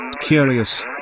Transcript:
Curious